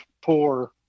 poor –